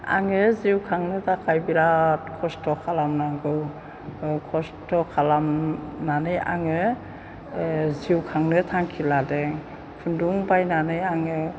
आङो जिउ खांनो थाखाय बिराद खस्थ' खालामनांगौ ओ खस्थ' खालामनानै आङो ओ जिउ खांनो थांखि लादों खुन्दुं बायनानै आङो